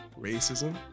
racism